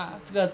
mm